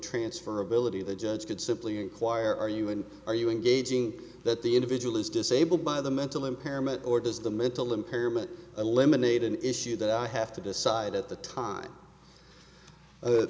transfer ability the judge could simply inquire are you in are you engaging that the individual is disabled by the mental impairment or does the mental impairment eliminate an issue that i have to decide at the time